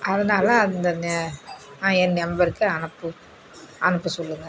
அதனால அந்த நே என் நம்பருக்கு அனுப்பு அனுப்பச் சொல்லுங்கள்